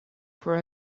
for